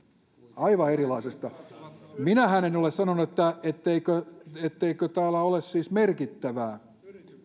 aivan erilaisesta minähän en ole sanonut etteikö etteikö täällä ole siis merkittävää